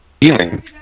feeling